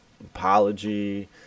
apology